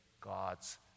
God's